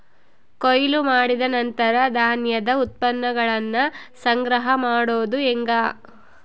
ಕೊಯ್ಲು ಮಾಡಿದ ನಂತರ ಧಾನ್ಯದ ಉತ್ಪನ್ನಗಳನ್ನ ಸಂಗ್ರಹ ಮಾಡೋದು ಹೆಂಗ?